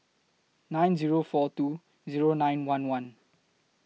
nine Zero four two Zero nine one one